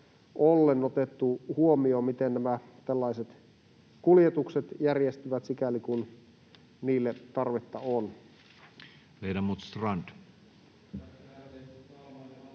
ollen otettu huomioon? Miten nämä tällaiset kuljetukset järjestyvät sikäli kun niille tarvetta on? [Speech